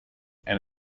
and